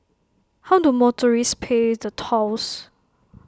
how do motorists pay the tolls